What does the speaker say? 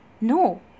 No